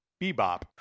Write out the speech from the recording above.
bebop